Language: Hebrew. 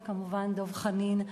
וכמובן דב חנין,